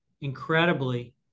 incredibly